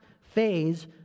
phase